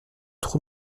trop